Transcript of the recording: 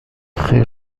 خیر